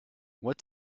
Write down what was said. what